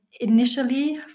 initially